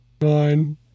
nine